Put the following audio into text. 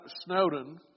Snowden